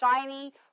shiny